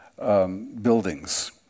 Buildings